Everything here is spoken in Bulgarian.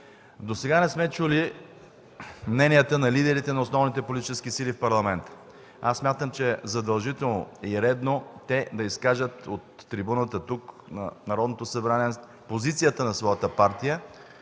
Досега не сме чули мненията на лидерите на основните политически сили в Парламента. Смятам, че е задължително и редно те да изкажат от трибуната на Народното събрание позицията на своята партия,